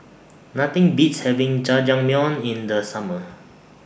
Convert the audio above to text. Nothing Beats having Jajangmyeon in The Summer